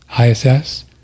ISS